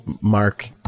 mark